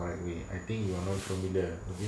I agree I think you are not familiar okay